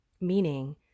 meaning